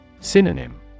Synonym